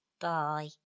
Bye